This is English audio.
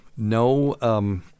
No